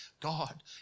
God